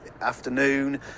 afternoon